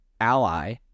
ally